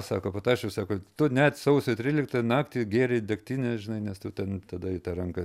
sako patašiau sako tu net sausio tryliktąją naktį gėrei degtinę žinai nes tu ten tada į tą ranką